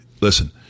Listen